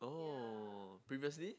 oh previously